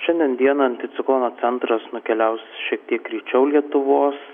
šiandien dieną anticiklono centras nukeliaus šiek tiek ryčiau lietuvos